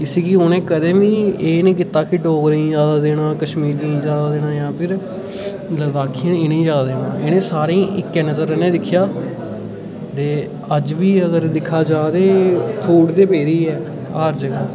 इस गी उ'नें कदें बी एह् निं कीता कि डोगरें ई जां कश्मीरियें ई जां के नांऽ फ्ही लद्दाखियें ई निं जा दे नां इ'नें सारें ई इक्कै नजर नें दिक्खेआ दे अज्ज बी अगर दिक्खा जा ते फूट ते पेदी ऐ हर जगह्